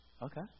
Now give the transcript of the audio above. Okay